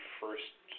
first